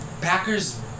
Packers